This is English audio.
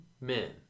men